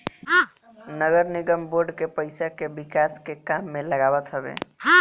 नगरनिगम बांड के पईसा के विकास के काम में लगावत हवे